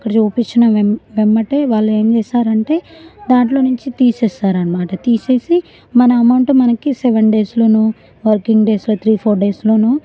అక్కడ చూపించిన వెం వెమ్మటే వాళ్ళు ఏం చేస్తారంటే దాంట్లో నుంచి తీసేస్తారు అనమాట తీసేసి మన అమౌంట్ మనకి సెవెన్ డేస్లోనో వర్కింగ్ డేస్లో త్రీ ఫోర్ డేస్ లోను